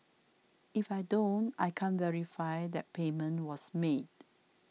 if I don't I can't verify that payment was made